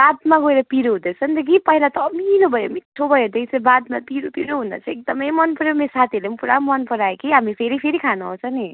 बादमा गएर पिरो हुँदो रहेछ नि त कि पहिला त अमिलो भयो मिठो भयो त्यही चाहिँ बादमा पिरो पिरो हुँदा चाहिँ एकदमै मन पऱ्यो मेरो साथीहरूले पनि पुरा मन परायो कि हामी फेरि फेरि खानु आउँछ नि